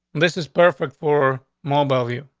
this is perfect for mobile view.